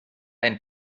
ein